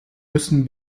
müssen